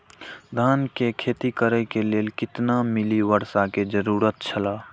धान के खेती करे के लेल कितना मिली वर्षा के जरूरत छला?